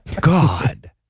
God